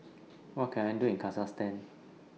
What Can I Do in Kazakhstan